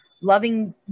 loving